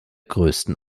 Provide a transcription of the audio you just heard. größten